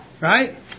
Right